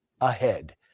ahead